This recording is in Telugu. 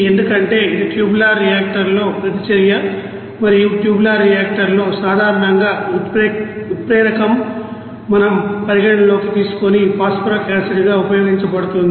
ఎందుకంటే ఇది ట్యూబులర్ రియాక్టర్ లో ప్రతిచర్య మరియు ట్యూబులర్ రియాక్టర్ లో సాధారణంగా ఉత్ప్రేరకం మనం పరిగణనలోకి తీసుకొని ఫాస్ఫరక్ ఆసిడ్ గా ఉపయోగించబడుతోంది